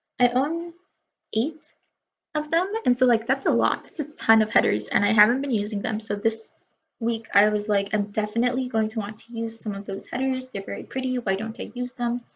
i own eight of them and so like that's a lot. that's a ton of headers and i haven't been using them. so this week i was like i'm definitely going to want to use some of those headers, they're very pretty, why don't i use them.